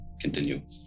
Continue